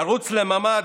לרוץ לממ"ד,